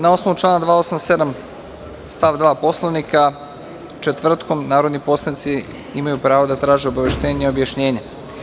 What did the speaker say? Na osnovu člana 287. stav 2. Poslovnika, četvrtkom narodni poslanici imaju pravo da traže obaveštenje i objašnjenje.